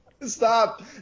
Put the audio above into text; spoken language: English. stop